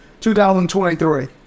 2023